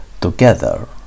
Together